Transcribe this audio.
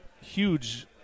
huge